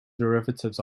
derivatives